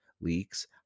leaks